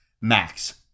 Max